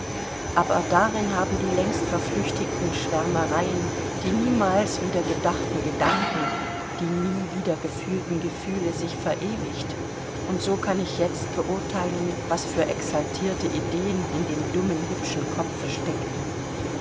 aber darin haben die längst verflüchtigten schwärmereien die niemals wieder gedachten gedanken die nie wieder gefühlten gefühle sich verewigt und so kann ich jetzt beurteilen was für exaltierte ideen in dem dummen hübschen kopfe steckten